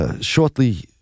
shortly